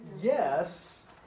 yes